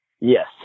Yes